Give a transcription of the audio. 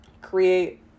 create